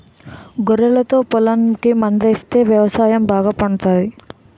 గొర్రెలతో పొలంకి మందాస్తే వ్యవసాయం బాగా పండుతాది